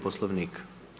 Poslovnika.